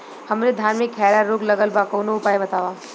हमरे धान में खैरा रोग लगल बा कवनो उपाय बतावा?